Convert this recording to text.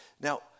Now